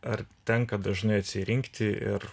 ar tenka dažnai atsirinkti ir